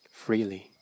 freely